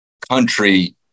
country